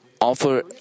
offer